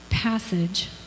passage